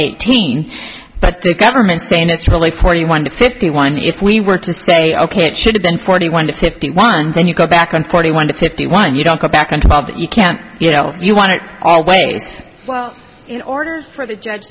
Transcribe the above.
eighteen but the government's saying it's only forty one to fifty one if we were to say ok it should have been forty one to fifty one and then you go back on forty one to fifty one you don't come back and bob you can't you know you want to all waste well in order for the judge